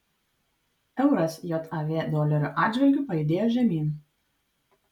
euras jav dolerio atžvilgiu pajudėjo žemyn